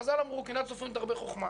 חז"ל אמרו: קנאת סופרים תרבה חוכמה.